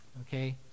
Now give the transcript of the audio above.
okay